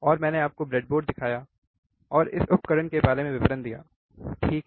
और मैंने आपको ब्रेडबोर्ड दिखाया और इस उपकरण के बारे में विवरण दिया ठीक